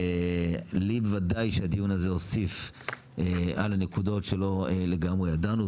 לי בוודאי שהדיון הזה הוסיף על נקודות שלא לגמרי ידענו,